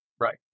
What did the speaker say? Right